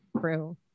True